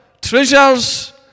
treasures